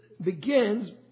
begins